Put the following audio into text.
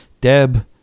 deb